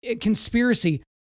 conspiracy